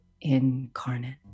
incarnate